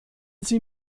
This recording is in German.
sie